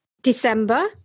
December